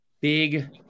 big